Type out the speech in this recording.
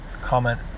comment